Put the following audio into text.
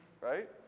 Right